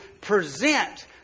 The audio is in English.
present